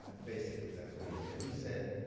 basically, that's what he said. he said,